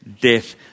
death